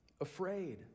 afraid